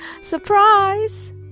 surprise